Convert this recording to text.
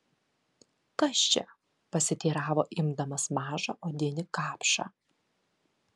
kas čia pasiteiravo imdamas mažą odinį kapšą